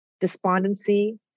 despondency